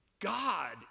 God